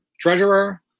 treasurer